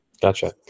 Gotcha